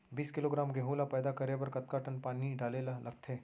बीस किलोग्राम गेहूँ ल पैदा करे बर कतका टन पानी डाले ल लगथे?